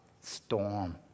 Storm